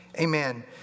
Amen